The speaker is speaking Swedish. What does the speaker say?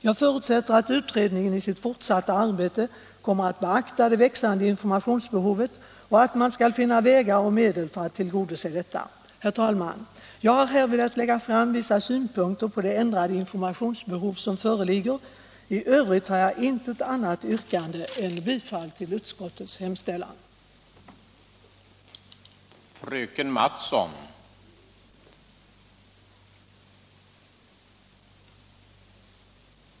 Jag förutsätter att utredningen i sitt fortsatta arbete kommer att beakta det växande informationsbehovet och att man skall finna vägar och medel för att tillgodose detta. Herr talman! Jag har här velat lägga fram vissa synpunkter på det ändrade informationsbehov som föreligger. I övrigt har jag inte annat yrkande än om bifall till utskottets hemställan.